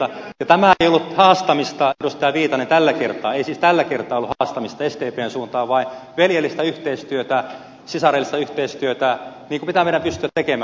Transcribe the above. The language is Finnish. ja tämä ei ollut haastamista edustaja viitanen tällä kertaa ei siis tällä kertaa ollut haastamista sdpn suuntaan vaan veljellistä yhteistyötä sisarellista yhteistyötä niin kuin pitää meidän pystyä tekemään